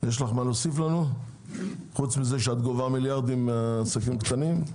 מה להוסיף לנו חוץ מזה שאת גובה מיליארדים מהעסקים הקטנים?